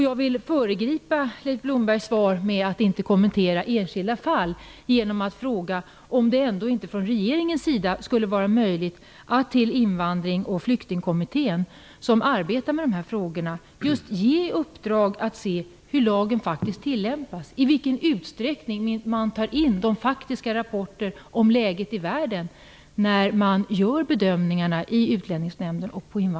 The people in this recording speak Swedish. Jag vill föregripa ett svar från Leif Blomberg att han inte kommenterar enskilda fall, genom att fråga om regeringen har möjlighet att till Invandrar och flyktingkommittén, som arbetar med de här frågorna, ge uppdraget att undersöka hur lagen tillämpas och i vilken utsträckning Utlänningsnämnden och Invandrarverket tar in faktiska rapporter om läget i världen när man gör bedömningarna.